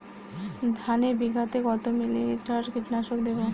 ধানে বিঘাতে কত মিলি লিটার কীটনাশক দেবো?